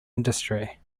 industry